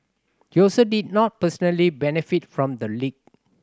he also did not personally benefit from the leak